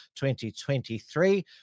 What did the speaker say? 2023